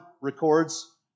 records